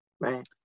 Right